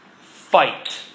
fight